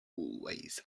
always